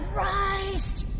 christ!